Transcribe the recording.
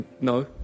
No